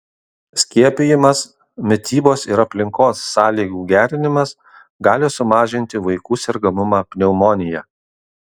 skiepijimas mitybos ir aplinkos sąlygų gerinimas gali sumažinti vaikų sergamumą pneumonija